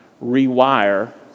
rewire